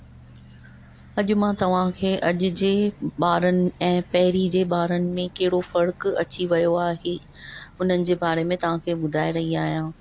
अॼु मां तव्हांखे अॼु जे ॿारनि ऐं पहिरीं जे ॿारनि में कहिड़ो फ़र्कु अची वियो आहे उननि जे बारे में तव्हांखे ॿुधाए रही आहियां